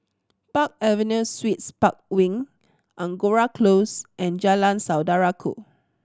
Park Avenue Suites Park Wing Angora Close and Jalan Saudara Ku